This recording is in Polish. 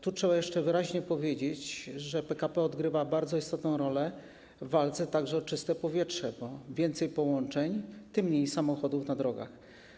Tu trzeba jeszcze wyraźnie powiedzieć, że PKP odgrywa bardzo istotną rolę także w walce o czyste powietrze, bo im więcej połączeń, tym mniej samochodów na drogach.